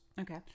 okay